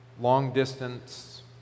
long-distance